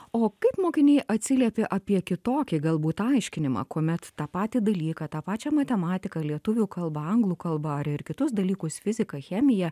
o kaip mokiniai atsiliepė apie kitokį galbūt aiškinimą kuomet tą patį dalyką tą pačią matematiką lietuvių kalbą anglų kalbą ar ir kitus dalykus fiziką chemiją